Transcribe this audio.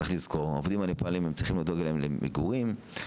אבל צריך לזכור: צריך לדאוג למגורים לעובדים הנפאלים,